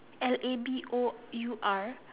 L A B O U R